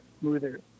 smoother